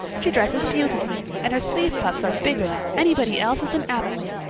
she dresses beautifully, and her sleeve puffs are bigger than anybody else's in avonlea.